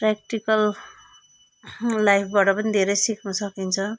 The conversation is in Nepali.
प्रयाक्टिकल लाइफबाट पनि धेरै सिक्न सकिन्छ